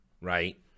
right